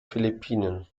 philippinen